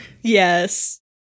Yes